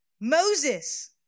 Moses